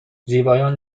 زیبایان